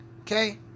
okay